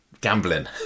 gambling